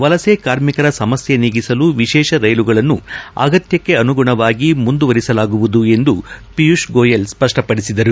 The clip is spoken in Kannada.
ವಲಸೆ ಕಾರ್ಮಿಕರ ಸಮಸ್ಯೆ ನೀಗಿಸಲು ವಿಶೇಷ ರೈಲುಗಳನ್ನು ಅಗತ್ಯಕ್ಷೆ ಅನುಗುಣವಾಗಿ ಮುಂದುವರಿಸಲಾಗುವುದು ಎಂದು ಪಿಯೂಷ್ ಗೋಯೆಲ್ ಸ್ಪಪಡಿಸಿದರು